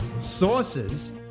sources